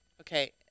Okay